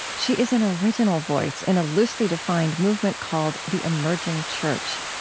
she is an original voice in a loosely defined movement called the emerging church.